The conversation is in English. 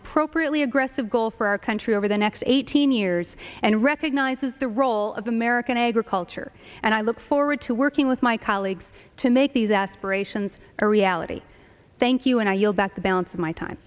appropriately aggressive goal for our country over the next eighteen years and recognizes the role of american agriculture and i look forward to working with my colleagues to make these aspirations a reality thank you and i yield back the balance of my time